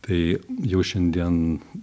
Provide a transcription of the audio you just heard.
tai jau šiandien